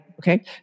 Okay